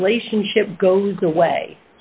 relationship goes away